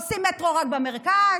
עושים מטרו רק במרכז,